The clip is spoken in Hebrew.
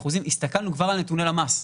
ל-7.5% הסתכלנו כבר על נתוני למ"ס,